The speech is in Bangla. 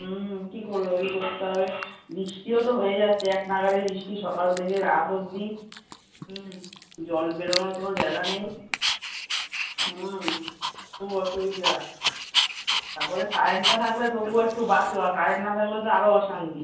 হুম কী করবে ওই করতে হবে বৃষ্টিও তো হয়ে যাচ্ছে এক নাগাড়ে বৃষ্টি সকাল থেকে রাত অবধি হুম জল বেরোনোর কোনও জায়গা নেই হুম খুব অসুবিধা তারপরে কারেন্টটা থাকলে তবু একটু বাঁচোয়া কারেন্ট না থাকলে তো আরও অশান্তি